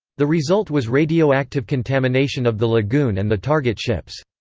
the result was radioactive contamination of the lagoon and the target ships.